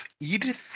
Edith